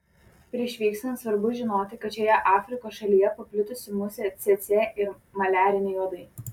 prieš vykstant svarbu žinoti kad šioje afrikos šalyje paplitusi musė cėcė ir maliariniai uodai